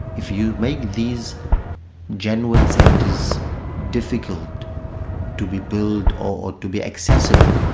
if you make these genuine centres difficult to be built or to be accessible,